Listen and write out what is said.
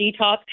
detox